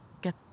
get